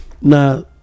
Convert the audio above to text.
now